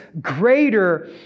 greater